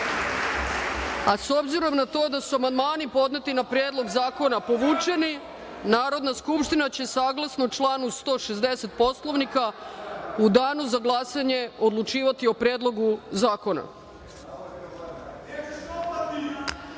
a s obzirom na to da su amandmani podneti na Predlog zakona povučeni, Narodna skupština će, saglasno članu 160. Poslovnika, u danu za glasanje odlučivati o Predlogu